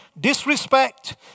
disrespect